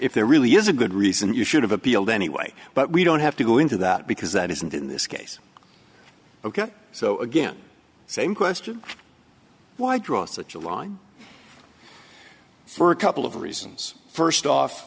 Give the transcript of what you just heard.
if there really is a good reason you should have appealed anyway but we don't have to go into that because that isn't in this case ok so again same question why draw such a line for a couple of reasons first off